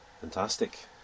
fantastic